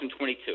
2022